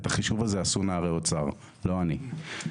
את החישוב הזה עשו נערי האוצר לא אני,